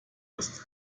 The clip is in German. ist